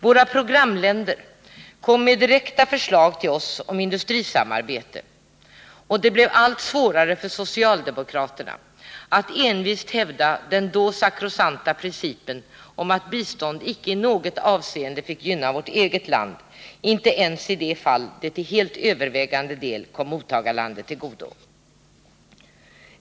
Våra programländer kom med direkta förslag till oss om industrisamarbete, och det blev allt svårare för socialdemokraterna att envist hävda den då sakrosanta principen om att bistånd icke i något avseende fick gynna vårt eget land — inte ens i de fall det till helt övervägande del kom mottagarlandet till godo.